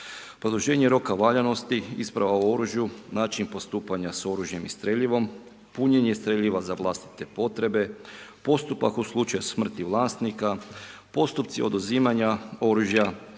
produženje roka valjanosti, isprava o oružju, način postupanja sa oružjem i streljivom, punjenje streljiva za vlastite potrebe, postupak u slučaju smrti vlasnika, postupci oduzimanja oružja,